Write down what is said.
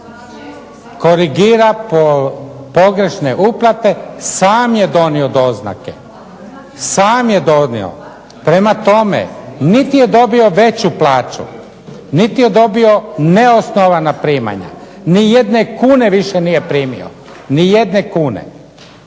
Korigira pogrešne uplate, sam je donio doznake. Sam je donio. Prema tome, niti je dobio veću plaću, niti je dobio neosnovana primanja, ni jedne kune više nije primio, ni jedne kune.